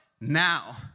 now